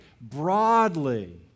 broadly